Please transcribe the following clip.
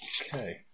Okay